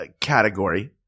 category